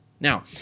Now